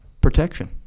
protection